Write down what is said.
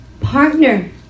partner